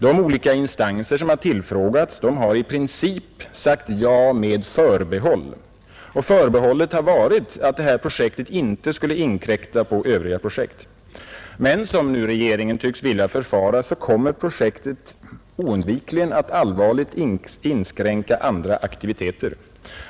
De olika instanser som tillfrågats har i princip sagt ja med förbehåll. Förbehållet har varit att detta projekt inte skulle inkräkta på övriga projekt. Men som nu regeringen tycks vilja förfara kommer projektet oundvikligen att allvarligt inskränka andra aktiviteter.